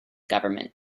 government